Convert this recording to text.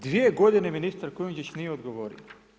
Dvije godine ministar Kujundžić nije odgovorio.